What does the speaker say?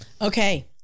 Okay